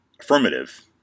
affirmative